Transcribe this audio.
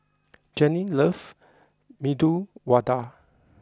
Jenny loves Medu Vada